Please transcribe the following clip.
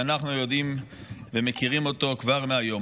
שאנחנו יודעים ומכירים אותו כבר מהיום.